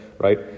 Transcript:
Right